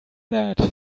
that